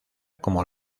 como